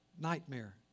nightmare